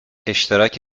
اشتراک